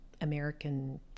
American